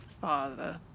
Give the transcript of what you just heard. father